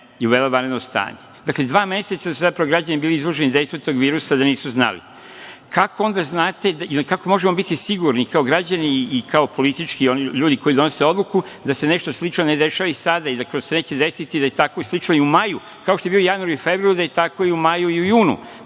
i uvela vanredno stanje. Dva meseca su zapravo građani bili izloženi dejstvu tog virusa, a da nisu znali. Kako onda možemo biti sigurni i kao građani i kao politički ljudi koji donose odluku da se nešto slično ne dešava i sada i da se neće desiti, da je tako slično i u maju, kao što je bio i u januaru i februaru, da je tako i u maju i u junu